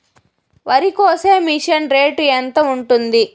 వరికోసే machine rate ఎంత ఉంటుంది?